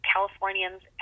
Californians